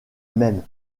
même